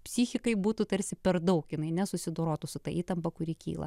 psichikai būtų tarsi per daug jinai nesusidorotų su ta įtampa kuri kyla